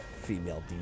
Female